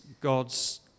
God's